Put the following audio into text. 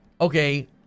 okay